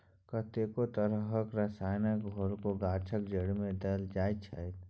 कतेको तरहक रसायनक घोलकेँ गाछक जड़िमे देल जाइत छै